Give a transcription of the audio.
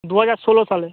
দুহাজার ষোলো সালে